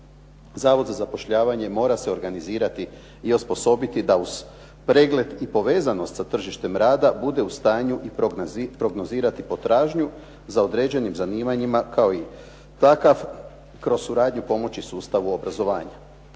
zavod za zapošljavanje mora se organizirati i osposobiti da uz pregled i povezanost sa tržištem rada bude u stanju prognozirati potražnju za određenim zanimanjima, kao i takav kroz suradnju pomoći sustavu obrazovanja.